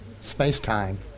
space-time